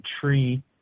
tree